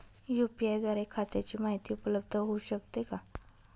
UPI द्वारे खात्याची माहिती उपलब्ध होऊ शकते का?